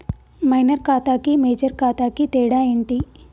Minor ఖాతా కి major ఖాతా కి తేడా ఏంటి?